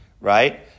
right